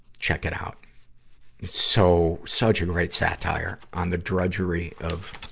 check it out. it's so, such a great satire on the drudgery of